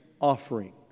offering